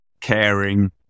caring